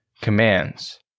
commands